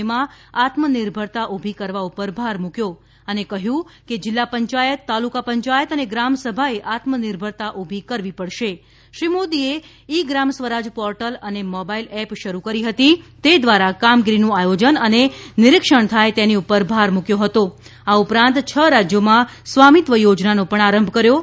પ્રધાનમંત્રીએ આ કટોકટીના સમયમાં આત્મનિર્ભરતા ઉભી કરવા પર ભાર મૂક્યો અને કહ્યું કે જીલ્લા પંચાયત તાલુકાપંચાયત અને ગ્રામસભાએ આત્મનિર્ભરતા ઉભી કરવી પડશે શ્રી મોદીએ ઇ ગ્રામસ્વરાજ પોર્ટલ અને મોબાઇલ એપ શરૂ કરી હતી તે દ્વારા કામગીરીનું આયોજન અને નિરીક્ષણ થાય તેની પર ભાર મૂક્યો હતો આ ઉપરાંત છ રાજયોમાં સ્વામીત્વ યોજનાનો પણ આરંભ કર્યો છે